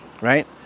right